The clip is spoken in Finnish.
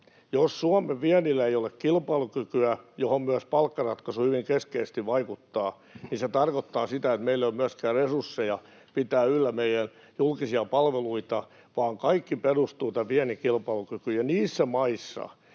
Jos Suomen viennillä ei ole kilpailukykyä, johon myös palkkaratkaisu hyvin keskeisesti vaikuttaa, niin se tarkoittaa sitä, että meillä ei ole myöskään resursseja pitää yllä meidän julkisia palveluitamme. Kaikki perustuu viennin kilpailukykyyn,